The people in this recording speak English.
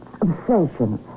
Obsession